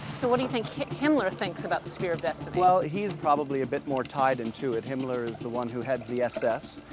so, what do you think himmler thinks about the spear of destiny? well, he's probably a bit more tied into it. himmler is the one who heads the s s.